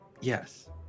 Yes